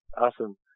Awesome